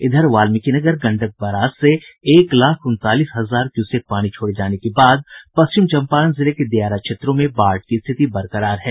इधर बाल्मीकिनगर गंडक बराज से एक लाख उनतालीस हजार क्यूसेक पानी छोड़े जाने के बाद पश्चिम चंपारण जिले के दियारा क्षेत्रों में बाढ़ की स्थिति बरकरार है